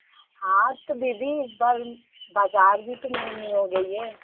हाँ तो दीदी इस बार बाज़ार भी तो महंगी हो गई है